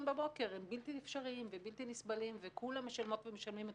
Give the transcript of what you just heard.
בבוקר הם בלתי אפשריים ובלתי נסבלים וכולם משלמים את